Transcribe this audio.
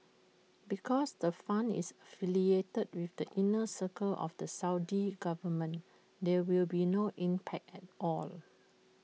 because the fund is affiliated with the inner circle of the Saudi government there will be no impact at all